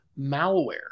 malware